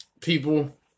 people